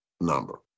number